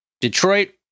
detroit